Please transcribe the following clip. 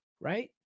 right